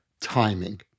timing